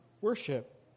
worship